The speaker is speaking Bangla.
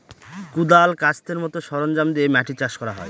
কোঁদাল, কাস্তের মতো সরঞ্জাম দিয়ে মাটি চাষ করা হয়